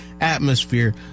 atmosphere